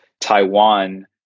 Taiwan